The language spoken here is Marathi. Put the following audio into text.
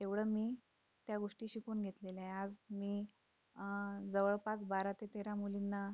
एवढं मी त्या गोष्टी शिकून घेतलेल्या आहे आज मी जवळपास बारा ते तेरा मुलींना